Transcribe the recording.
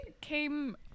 came